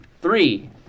Three